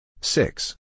six